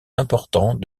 importants